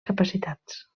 capacitats